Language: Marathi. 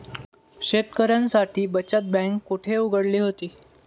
शेतकऱ्यांसाठी बचत बँक कुठे उघडली होती?